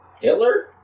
Hitler